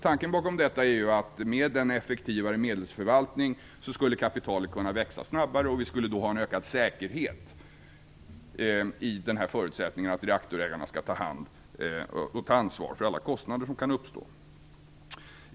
Tanken bakom detta är att med en effektivare medelsförvaltning skulle kapitalet kunna växa snabbare, och vi skulle då ha en ökad säkerhet i förutsättningen att reaktorägarna skall ta ansvar för alla kostnader som kan uppstå.